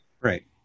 Right